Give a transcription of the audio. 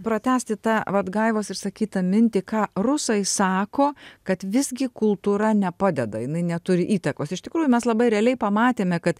pratęsti tą vat gaivos išsakytą mintį ką rusai sako kad visgi kultūra nepadeda jinai neturi įtakos iš tikrųjų mes labai realiai pamatėme kad